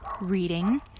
reading